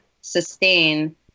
sustain